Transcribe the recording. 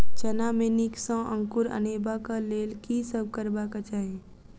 चना मे नीक सँ अंकुर अनेबाक लेल की सब करबाक चाहि?